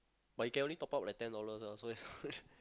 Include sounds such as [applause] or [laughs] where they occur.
but you can only top up like ten dollars ah so ya [laughs]